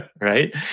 Right